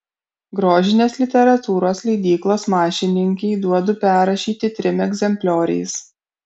grožinės literatūros leidyklos mašininkei duodu perrašyti trim egzemplioriais